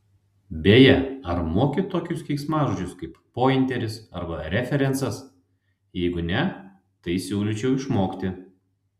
beje ar moki tokius keiksmažodžius kaip pointeris arba referencas jeigu ne tai siūlyčiau išmokti